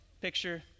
picture